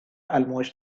almost